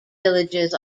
villages